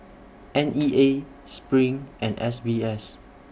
N E A SPRING and S B S